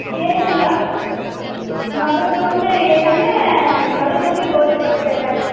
ಏನಿಲ್ಲ ನಡುಕ್ಕೆ ಒಂದೇ ಏನಂದರೆ ನಡುಕ್ಕೆ ಒಂದೇ ಗೋಡೆ ಕಟ್ಬೇಕಾಗಿತ್ತು